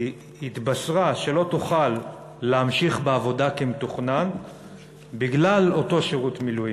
היא התבשרה שלא תוכל להמשיך בעבודה כמתוכנן בגלל אותו שירות מילואים.